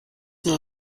nur